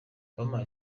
bampaye